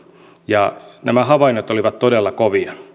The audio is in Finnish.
ja nämä havainnot olivat todella kovia